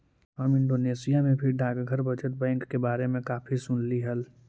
हम इंडोनेशिया में भी डाकघर बचत बैंक के बारे में काफी सुनली हल